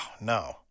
no